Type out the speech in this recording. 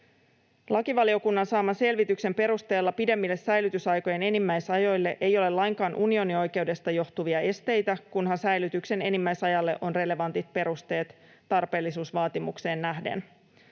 Lakivaliokunnan saaman selvityksen perusteella pidemmille säilytysaikojen enimmäisajoille ei ole lainkaan unionioikeudesta johtuvia esteitä, kunhan säilytyksen enimmäisajalle on relevantit perusteet tarpeellisuusvaatimukseen nähden.